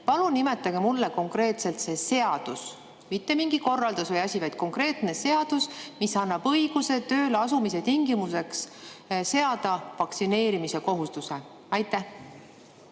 Palun nimetage mulle konkreetselt see seadus, mitte mingi korraldus või asi, vaid konkreetne seadus, mis annab õiguse tööle asumise tingimuseks seada vaktsineerimise kohustuse. Ma